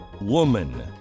woman